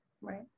Right